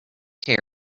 care